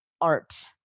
art